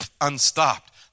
unstopped